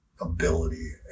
ability